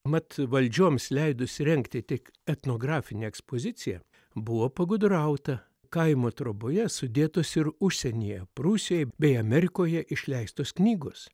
mat valdžioms leidus rengti tik etnografinę ekspoziciją buvo pagudrauta kaimo troboje sudėtos ir užsienyje prūsijoj bei amerikoje išleistos knygos